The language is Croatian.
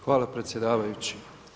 Hvala predsjedavajući.